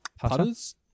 Putters